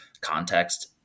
context